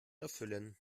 erfüllen